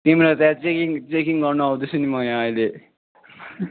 तिम्रो त्यहाँ checking checking गर्न आउँदैछु नि म यहाँ अहिले